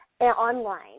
online